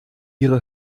ihre